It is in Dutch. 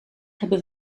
hebben